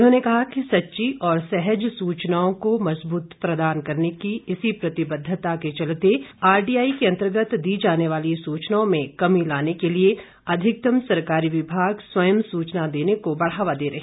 उन्होंने कहा कि सच्ची और सहज सूचनाओं को मजबूती प्रदान करने की इसी प्रतिबद्धता के चलते आर टी आई के अंतर्गत दी जाने वाली सूचनाओं में कमी लाने के लिए अधिकतम सरकारी विभाग स्वयं सूचना देने को बढ़ावा दे रहे हैं